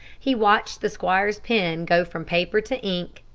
he watched the squire's pen go from paper to ink,